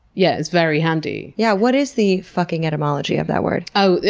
yeah, it's very handy. yeah, what is the fucking etymology of that word? oh,